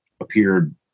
appeared